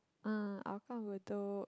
uh hougang bedok